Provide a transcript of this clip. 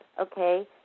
Okay